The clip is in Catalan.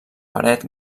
paret